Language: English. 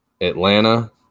Atlanta